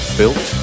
built